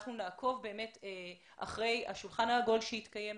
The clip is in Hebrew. אנחנו נעקוב אחרי השולחן העגול שיתקיים.